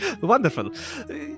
wonderful